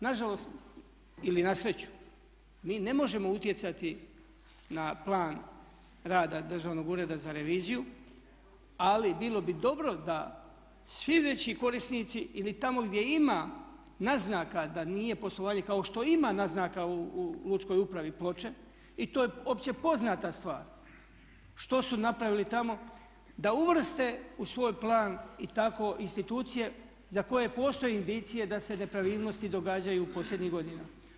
Nažalost, ili na sreću, mi ne možemo utjecati na plan rada Državnog ureda za reviziju ali bilo bi dobro da svi veći korisnici ili tamo gdje ima naznaka da nije poslovanje kao što ima naznaka u Lučkoj upravi Ploče i to je opće poznata stvar što su napravili tamo da uvrste u svoj plan i tako institucije za koje postoje indicije da se nepravilnosti događaju posljednjih godina.